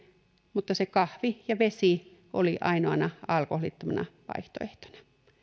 mutta se kahvi ja vesi olivat ainoina alkoholittomina vaihtoehtoina